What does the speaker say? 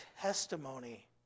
testimony